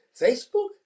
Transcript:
Facebook